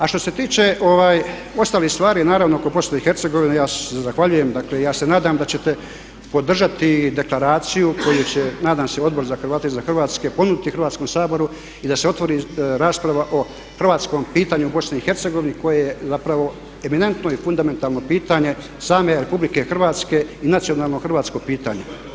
A što se tiče ostalih stvari naravno oko BIH ja se zahvaljujem, dakle ja se nadam da ćete podržati deklaraciju koju će nadam se Odbor za Hrvate izvan Hrvatske ponuditi Hrvatskom saboru i da se otvori rasprava o hrvatskom pitanju u BIH koje je zapravo eminentno i fundamentalno pitanje same RH i nacionalno hrvatsko pitanje.